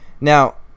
Now